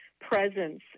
presence